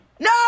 No